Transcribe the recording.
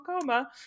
coma